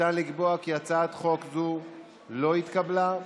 ניתן לקבוע כי הצעת חוק זו לא התקבלה.